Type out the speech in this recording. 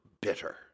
bitter